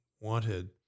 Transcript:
wanted